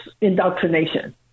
indoctrination